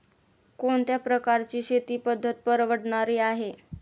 कोणत्या प्रकारची शेती पद्धत परवडणारी आहे?